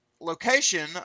location